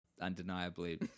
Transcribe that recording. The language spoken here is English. undeniably